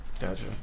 Gotcha